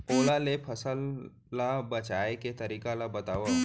ओला ले फसल ला बचाए के तरीका ला बतावव?